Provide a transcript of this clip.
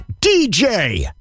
DJ